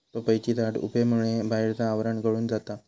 पपईचे झाड उबेमुळे बाहेरचा आवरण गळून जाता